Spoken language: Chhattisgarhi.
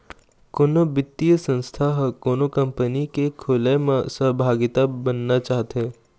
कोनो बित्तीय संस्था ह कोनो कंपनी के खोलय म सहभागिता बनना चाहथे